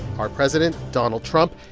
our president, donald trump,